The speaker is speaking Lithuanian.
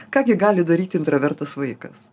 ką gi gali daryt intravertas vaikas